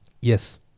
yes